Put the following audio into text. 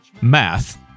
Math